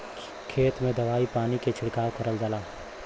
खेत में दवाई पानी के छिड़काव करल जाला